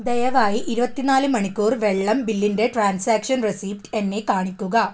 ദയവായി ഇരുപത്തിനാല് മണിക്കൂർ വെള്ളം ബില്ലിൻ്റെ ട്രാൻസാക്ഷൻ റെസീപ്റ്റ് എന്നെ കാണിക്കുക